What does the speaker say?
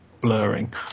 blurring